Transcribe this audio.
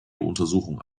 untersuchung